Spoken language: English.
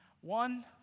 One